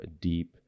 deep